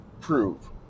prove